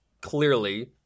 clearly